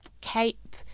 cape